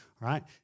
right